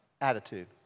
attitude